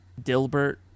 Dilbert